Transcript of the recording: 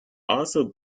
also